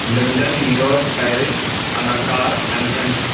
London New York Paris Ankara Athens